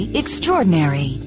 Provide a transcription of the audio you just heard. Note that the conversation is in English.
extraordinary